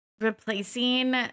replacing